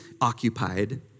occupied